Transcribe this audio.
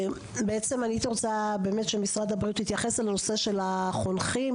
הייתי רוצה שמשרד הבריאות יתייחס לנושא של החונכים.